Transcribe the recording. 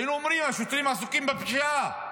היינו אומרים: השוטרים עסוקים בפשיעה.